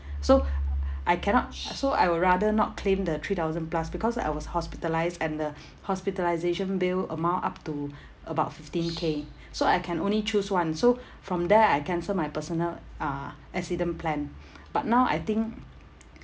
so I cannot uh so I would rather not claim the three thousand plus because I was hospitalised and the hospitalisation bill amount up to about fifteen K so I can only choose one so from there I cancelled my personal uh accident plan but now I think